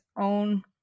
own